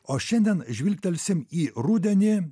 o šiandien žvilgtelsim į rudenį